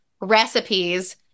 recipes